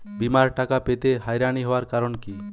বিমার টাকা পেতে হয়রানি হওয়ার কারণ কি?